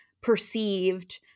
perceived